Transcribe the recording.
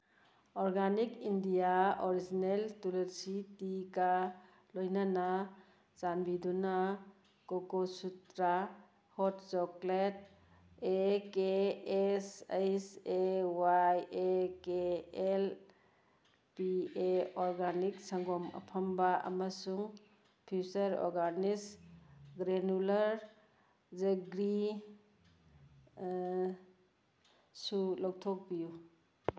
organic India original tulsi ꯇꯤꯒ ꯂꯣꯏꯅꯅ ꯆꯥꯟꯕꯤꯗꯨꯅ ꯀꯣꯀꯣꯁꯨꯇ꯭ꯔꯥ ꯍꯣꯠ ꯆꯣꯀ꯭ꯂꯦꯠ ꯑꯦ ꯀꯦ ꯑꯦꯁ ꯑꯩꯁ ꯑꯦ ꯋꯥꯏ ꯑꯦ ꯀꯦ ꯑꯦꯜ ꯕꯤ ꯑꯦ ꯑꯣꯔꯒꯥꯅꯤꯛ ꯁꯪꯒꯣꯝ ꯑꯐꯝꯕ ꯑꯃꯁꯨꯡ ꯐ꯭ꯌꯨꯆꯔ ꯑꯣꯔꯒꯥꯅꯤꯛ ꯒ꯭ꯔꯦꯅꯨꯂꯔ ꯖꯦꯒꯔꯤ ꯁꯨ ꯂꯧꯊꯣꯛꯄꯤꯌꯨ